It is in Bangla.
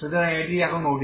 সুতরাং এটি এখন ODE